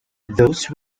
those